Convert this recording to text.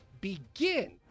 begin